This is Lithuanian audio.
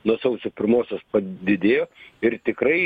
nuo sausio pirmosios padidėjo ir tikrai